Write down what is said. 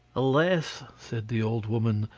alas! said the old woman,